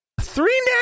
Three